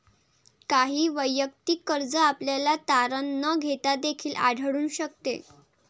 काही वैयक्तिक कर्ज आपल्याला तारण न घेता देखील आढळून शकते